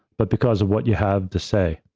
but because of what you have to say.